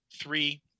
three